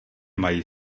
mají